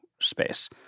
space